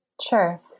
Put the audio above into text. Sure